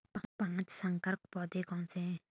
पाँच संकर पौधे कौन से हैं?